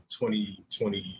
2020